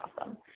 awesome